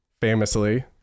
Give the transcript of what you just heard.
famously